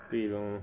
对 loh